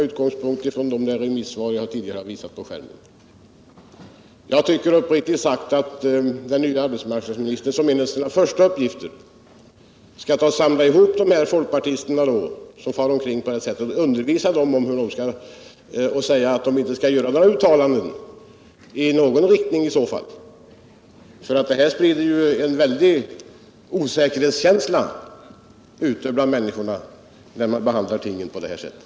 Uppriktigt sagt tycker jag att den nye arbetsmarknadsministern som en av sina första uppgifter skall börja samla ihop de här folkpartisterna och tala om för dem att de inte skall göra några uttalanden i någon riktning, eftersom det skapas en stor osäkerhetskänsla bland människorna, om man behandlar saker och ting på det här sättet.